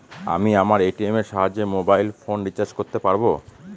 আমি আমার এ.টি.এম এর সাহায্যে মোবাইল ফোন রিচার্জ করতে পারব?